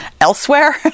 elsewhere